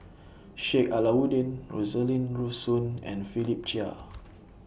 Sheik Alau'ddin Rosaline Soon and Philip Chia